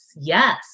yes